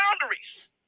boundaries